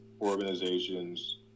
organizations